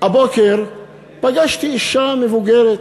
הבוקר פגשתי אישה מבוגרת,